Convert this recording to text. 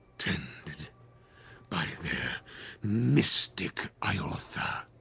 tended by their mystic, iotha.